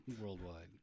worldwide